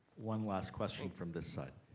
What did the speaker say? one last question from the side.